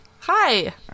hi